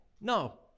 No